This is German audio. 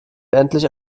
endlich